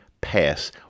pass